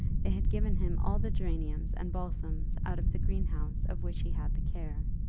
they had given him all the geraniums and balsams out of the green-house of which he had the care,